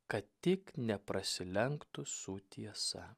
kad tik neprasilenktų su tiesa